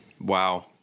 Wow